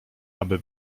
aby